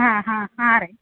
ಹಾಂ ಹಾಂ ಹಾಂ ರೀ